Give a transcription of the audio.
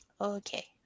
Okay